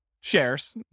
shares